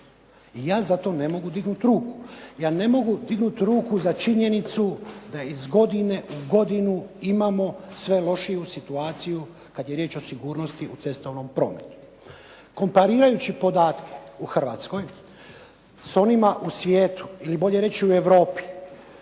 I ja za to ne mogu dignuti ruku. Ja ne mogu dignuti ruku za činjenicu da je iz godine u godinu imamo sve lošiju situaciju kada je riječ o sigurnosti u cestovnom prometu. Komparirajući podatke u Hrvatskoj s onima u svijetu ili bolje reći u Europi